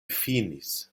finis